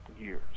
years